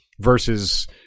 versus